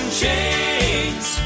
chains